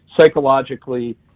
psychologically